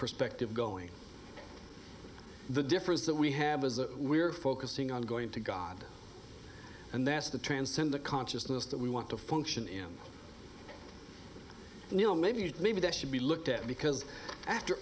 perspective going the difference that we have is that we are focusing on going to god and that's the transcend the consciousness that we want to function in neil maybe maybe i should be looked at because after